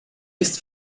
ist